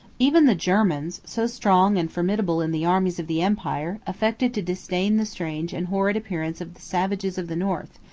even the germans, so strong and formidable in the armies of the empire, affected to disdain the strange and horrid appearance of the savages of the north,